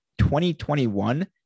2021